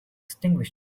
extinguished